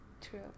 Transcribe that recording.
true